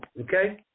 Okay